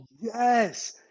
yes